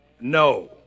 No